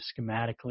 schematically